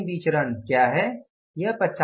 तो अंतिम विचरण क्या है